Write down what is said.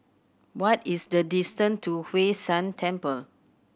what is the distant to Hwee San Temple